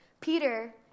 Peter